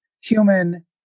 human